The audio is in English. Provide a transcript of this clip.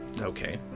Okay